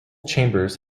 chambers